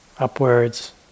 Upwards